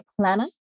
planner